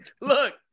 Look